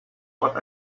what